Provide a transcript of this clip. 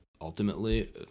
ultimately